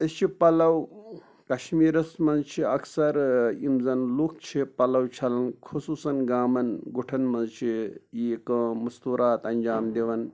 أسۍ چھِ پَلو کشمیٖرَس منٛز چھِ اَکثر یِم زن لُکھ چھِ پَلو چھلان خصوٗصن گامن گُٹھن منٛز چھِ یہِ کٲم مَستوٗرات اَنجام دِوان